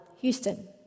Houston